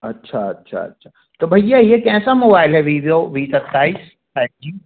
अच्छा अच्छा अच्छा तो भैया यह कैसा मोबाइल है वीवो वी सत्ताईस फ़ाइव जी